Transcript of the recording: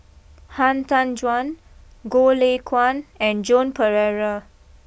Han Tan Juan Goh Lay Kuan and Joan Pereira